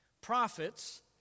prophets